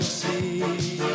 see